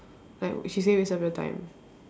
like she say waste of your time